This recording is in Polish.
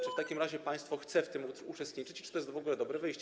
Czy w takim razie państwo chce w tym uczestniczyć i czy to jest w ogóle dobre wyjście?